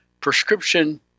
prescription